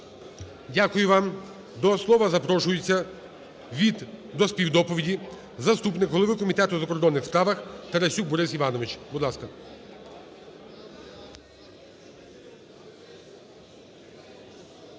Дякую вам. До слова запрошується від… до співдоповіді заступник голови Комітету у закордонних справах Тарасюк Борис Іванович, будь ласка.